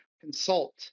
consult